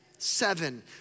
Seven